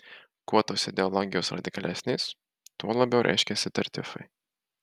kuo tos ideologijos radikalesnės tuo labiau reiškiasi tartiufai